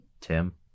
Tim